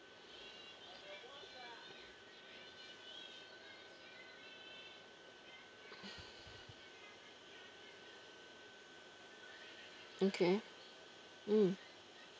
okay mm